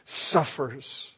suffers